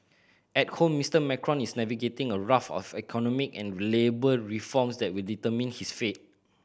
at home Mister Macron is navigating a raft of economic and labour reforms that will determine his fate